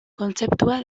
kontzeptua